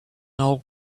old